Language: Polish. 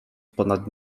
ponad